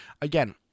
again